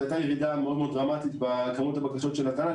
זאת הייתה ירידה דרמטית מאוד בכמות הבקשות של התל"ן.